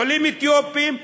עולים אתיופים,